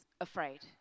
afraid